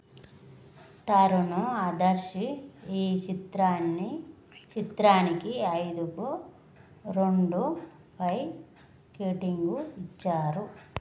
తరుణ్ ఆదర్ష్ ఈ చిత్రాన్ని చిత్రానికి ఐదుకు రెండు పాయింట్ ఐదు రేటింగు ఇచ్చారు